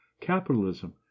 capitalism